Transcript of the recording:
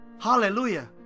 Hallelujah